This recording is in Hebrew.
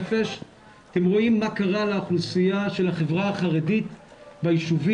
אתם רואים מה קרה לאוכלוסייה של החברה החרדית בישובים,